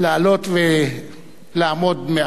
לעלות ולעמוד על